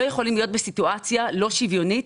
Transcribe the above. לא יכולים להיות בסיטואציה לא שוויונית